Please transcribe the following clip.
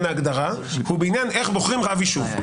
ההגדרה הוא בעניין איך בוחרים רב יישוב.